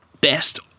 best